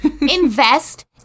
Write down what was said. Invest